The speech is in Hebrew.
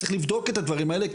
צריך לבדוק את הדברים האלה.